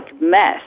mess